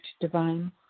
divine